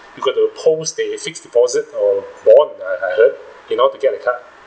you got to post the fixed deposit or bond I I heard in order to get a card